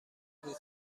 بود